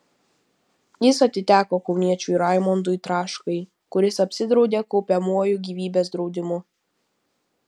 jis atiteko kauniečiui raimondui traškai kuris apsidraudė kaupiamuoju gyvybės draudimu